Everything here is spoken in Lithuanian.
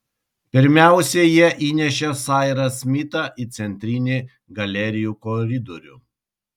pirmiausia jie įnešė sairą smitą į centrinį galerijų koridorių